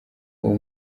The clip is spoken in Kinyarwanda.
uwo